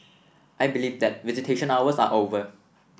I believe that visitation hours are over